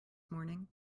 morning